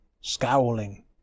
scowling